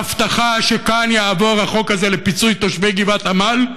בהבטחה שכאן יעבור החוק הזה לפיצוי תושבי גבעת עמל,